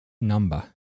number